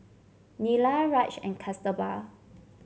Neila Raj and Kasturba